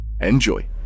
enjoy